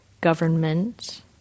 Government